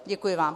Děkuji vám.